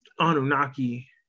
anunnaki